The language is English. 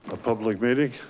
ah public meeting.